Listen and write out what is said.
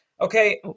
Okay